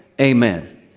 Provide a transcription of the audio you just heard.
Amen